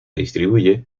distribuye